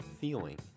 feeling